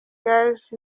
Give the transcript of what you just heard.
girls